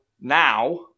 now